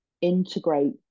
integrate